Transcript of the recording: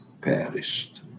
perished